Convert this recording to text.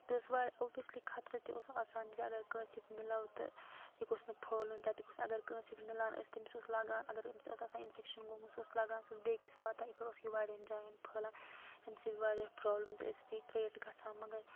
بیٚیہِ اوس اوٚبوٮ۪سلی خطرٕ تہِ اوس آسان زِ اَگر کٲنٛسہِ سۭتۍ مِلَو تہٕ یہِ گوٚژھ نہٕ پھٔہلُن تَتہِ گوٚژھ اگر کٲنٛسہِ سۭتۍ مِلان ٲسۍ تٔمِس اوس لَگان اگر أمِس اوس آسان اِنفٮ۪کشَن گوٚمُت سُہ اوس لَگان سُہ اوس بیٚکِس واتان یِتھ پٲٹھۍ اوس یہِ واریاہَن جایَن پھٔہلان ییٚمہِ سۭتۍ واریاہ پرٛابلِمٕز ٲسۍ بیٚیہِ کرٛییٹ گژھان مگر